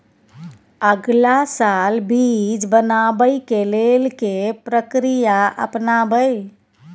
अगला साल बीज बनाबै के लेल के प्रक्रिया अपनाबय?